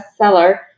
bestseller